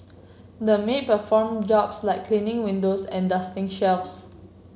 the maid performed jobs like cleaning windows and dusting shelves